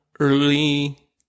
Early